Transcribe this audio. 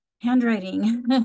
handwriting